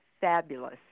fabulous